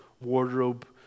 wardrobe